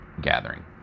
gathering